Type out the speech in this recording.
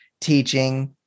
teaching